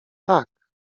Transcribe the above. tak